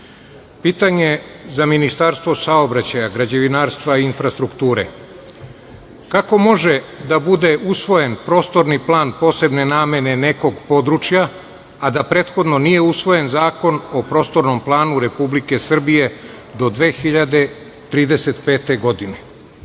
za Ministarstvo saobraćaja, građevinarstva i infrastrukture – kako može da bude usvojen prostorni plan posebne namene nekog područja, a da prethodno nije usvojen Zakon o prostornom planu Republike Srbije do 2035. godine?A